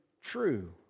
true